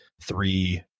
three